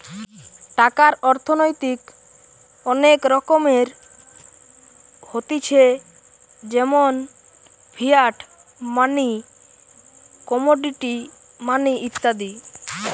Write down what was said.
টাকার অর্থনৈতিক অনেক রকমের হতিছে যেমন ফিয়াট মানি, কমোডিটি মানি ইত্যাদি